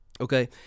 Okay